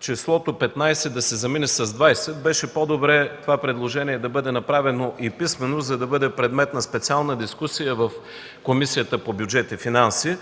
числото „15” да се замени с „20”. Беше по-добре това предложение да е направено и писмено, за да бъде предмет на специална дискусия в Комисията по бюджет и финанси.